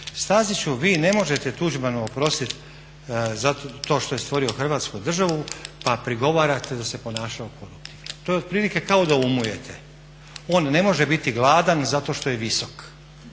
Staziću vi ne možete Tuđmanu oprostiti to što je stvorio Hrvatsku državu, pa prigovarate da se ponašao koruptivno. To je otprilike kao da umujete on ne može biti gladan zato što je visok.